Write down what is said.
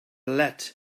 lead